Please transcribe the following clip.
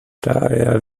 daher